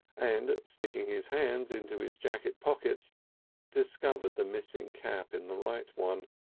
and sticking his hands into his jacket pockets discovered the missing cap in the right one.